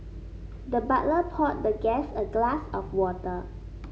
the butler poured the guest a glass of water